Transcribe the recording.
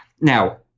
now